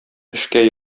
эшкә